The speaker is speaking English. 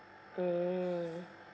mm